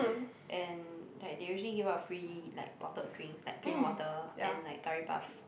and like they usually give out free like bottled drinks like plain water and like curry puff